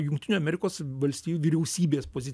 jungtinių amerikos valstijų vyriausybės pozic